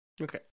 Okay